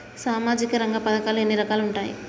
సామాజిక రంగ పథకాలు ఎన్ని రకాలుగా ఉంటాయి?